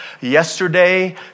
yesterday